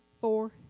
four